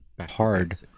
hard